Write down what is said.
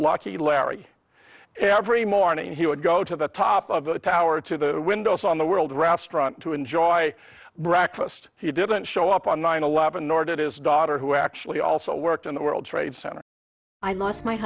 lucky larry every morning he would go to the top of the tower to the windows on the world restaurant to enjoy breakfast he didn't show up on nine eleven nor did his daughter who actually also worked in the world trade center i lost my